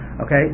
Okay